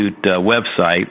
website